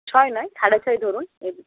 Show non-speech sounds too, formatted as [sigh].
ছয় নয় সাড়ে ছয় ধরুন [unintelligible]